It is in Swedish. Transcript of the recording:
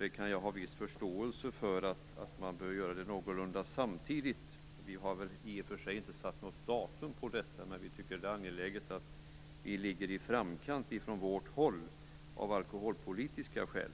Jag kan ha viss förståelse för att detta bör göras någorlunda samtidigt. Vi har väl i och för sig inte satt något datum för detta, men vi tycker att det av alkoholpolitiska skäl är angeläget att Sverige ligger i framkanten. Rent alkoholpolitiskt är